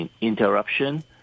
interruption